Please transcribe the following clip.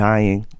Dying